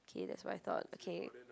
okay that's what I thought okay